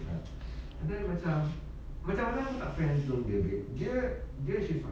and then you can can with friends to baby gear dealership